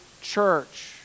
church